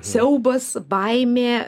siaubas baimė